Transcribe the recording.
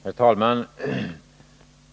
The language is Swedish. Herr talman!